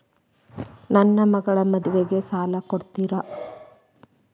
ನನ್ನ ಮಗಳ ಮದುವಿಗೆ ಸಾಲ ಕೊಡ್ತೇರಿ?